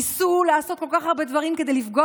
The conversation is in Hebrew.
ניסו לעשות כל כך הרבה דברים כדי לפגוע